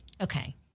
Okay